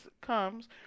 comes